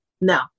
no